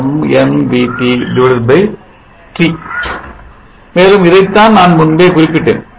VT dT T மேலும் இதைத்தான் நான் முன்பே குறிப்பிட்டேன்